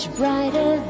brighter